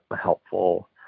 helpful